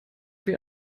wir